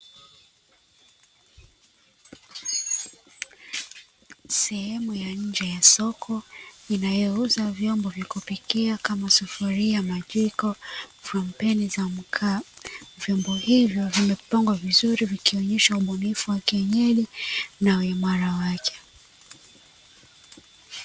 Sehemu ya nje ya soko inayouza vyombo, viko kupitia kama sufuria majiko furompeni za mkaa vyombo hivyo vimepangwa vizuri vikionyesha ubunifu wa kienyeji na uimara wake.